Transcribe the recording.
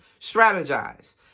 strategize